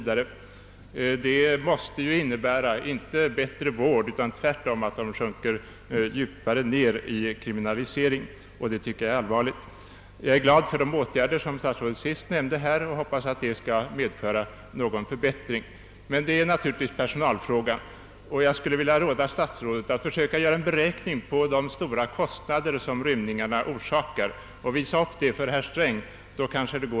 Detta kan inte innebära god vård utan tvärtom: eleverna sjunker djupare ned i kriminalitet. Detta tycker jag är allvarligt. Jag är glad för de åtgärder statsrådet sist nämnde och jag hoppas att de kan medföra någon förbättring. Det är naturligtvis i hög grad en personalfråga. Jag skulle vilja råda statsrådet att försöka beräkna de stora kostnader rymningarna orsakar och visa upp resultatet för finansminister Sträng.